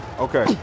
okay